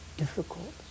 difficult